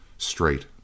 Straight